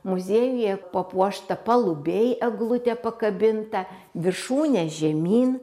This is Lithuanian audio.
muziejuje papuošta palubėj eglutė pakabinta viršūne žemyn